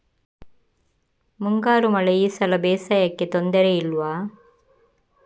ಮುಂಗಾರು ಮಳೆ ಈ ಸಲ ಬೇಸಾಯಕ್ಕೆ ತೊಂದರೆ ಇಲ್ವ?